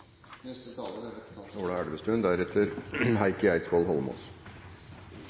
Neste taler er representanten Heikki Eidsvoll Holmås